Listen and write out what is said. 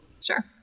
Sure